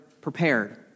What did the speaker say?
prepared